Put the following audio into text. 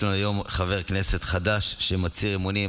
יש לנו היום חבר כנסת חדש שמצהיר אמונים.